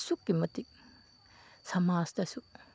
ꯑꯁꯨꯛꯀꯤ ꯃꯇꯤꯛ ꯁꯃꯥꯖꯇꯁꯨ